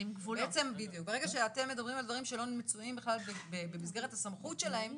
ברגע שאתם מדברים על דברים שלא מצויים בכלל במסגרת הסמכות שלהם,